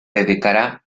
dedicará